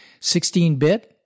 16-bit